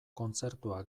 kontzertua